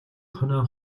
хонио